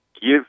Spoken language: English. give